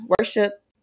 worship